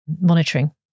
monitoring